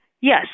Yes